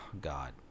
God